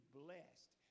blessed